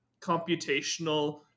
computational